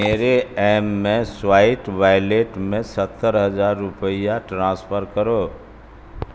میرے M S سوائٹ wallet میں ستر ہزار روپئے ٹرانسفر کرو